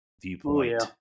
viewpoint